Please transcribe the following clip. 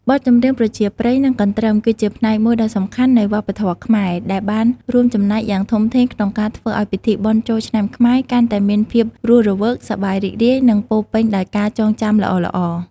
បទចម្រៀងប្រជាប្រិយ និងកន្ទ្រឹម គឺជាផ្នែកមួយដ៏សំខាន់នៃវប្បធម៌ខ្មែរ ដែលបានរួមចំណែកយ៉ាងធំធេងក្នុងការធ្វើឱ្យពិធីបុណ្យចូលឆ្នាំខ្មែរកាន់តែមានភាពរស់រវើក សប្បាយរីករាយ និងពោរពេញដោយការចងចាំល្អៗ។